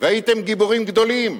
והייתם גיבורים גדולים,